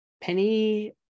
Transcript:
Penny